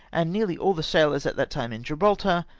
and nearly all the sailors at that time in gibraltar,